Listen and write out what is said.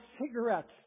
cigarettes